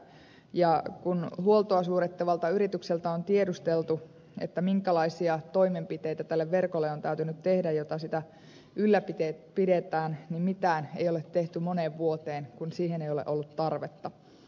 ja kun huoltoa suorittavalta yritykseltä on tiedusteltu minkälaisia toimenpiteitä tälle verkolle on täytynyt tehdä jotta sitä ylläpidetään niin mitään ei ole tehty moneen vuoteen kun siihen ei ole ollut tarvetta